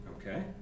Okay